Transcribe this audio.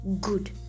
good